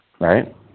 right